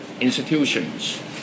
institutions